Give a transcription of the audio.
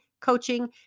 coaching